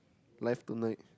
live tonight